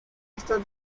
estas